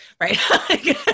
right